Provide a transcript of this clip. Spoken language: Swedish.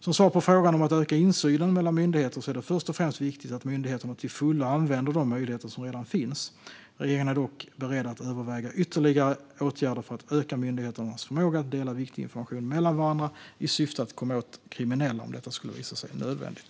Som svar på frågan om att öka insynen mellan myndigheter är det först och främst viktigt att myndigheterna till fullo använder de möjligheter som redan finns. Regeringen är dock beredd att överväga ytterligare åtgärder för att öka myndigheters förmåga att dela viktig information mellan varandra i syfte att komma åt kriminella, om detta skulle visa sig nödvändigt.